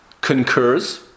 concurs